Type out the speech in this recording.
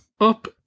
Up